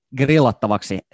grillattavaksi